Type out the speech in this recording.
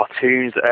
cartoons